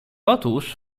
otóż